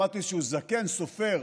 יום אחד שמעתי איזשהו זקן סופר,